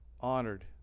honored